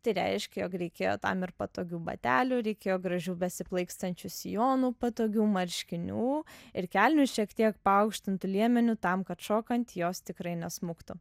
tai reiškia jog reikėjo tam ir patogių batelių reikėjo gražių besiplaikstančių sijonų patogių marškinių ir kelnių šiek tiek paaukštintu liemeniu tam kad šokant jos tikrai nesmuktų